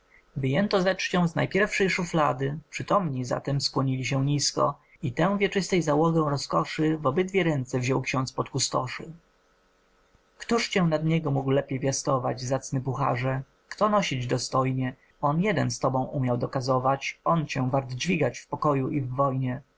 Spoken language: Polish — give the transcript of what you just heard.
wyjęto ze czcią z najpierwszej szuflady przytomni zatem skłonili się nisko i tę wieczystej załogę rozkoszy w obiedwie ręce wziął xiądz podkustoszy któż cię nad niego mógł lepiej piastować zacny puharze kto nosić dostojnie on jeden z tobą umiał dokazować on cię wart dźwigać w pokoju i